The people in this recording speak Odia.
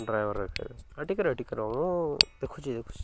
ଡ୍ରାଇଭର୍ରେ ଖାଇବେ ମୁଁ ଦେଖୁଛି ଦେଖୁଛିି